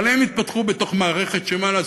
אבל הם התפתחו בתוך מערכת שמה לעשות,